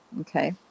Okay